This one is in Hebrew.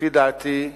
לפי דעתי,